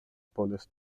police